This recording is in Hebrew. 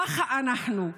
ככה אנחנו,